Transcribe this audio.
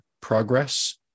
progress